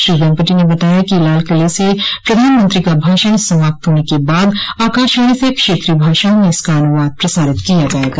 श्री वेम्पटी ने बताया कि लाल किले से प्रधानमंत्री का भाषण समाप्त होने के बाद आकाशवाणी से क्षेत्रीय भाषाओं में इसका अनुवाद प्रसारित किया जाएगा